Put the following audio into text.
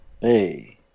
Hey